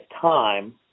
time